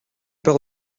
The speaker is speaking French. peur